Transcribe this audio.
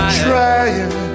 trying